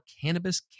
cannabis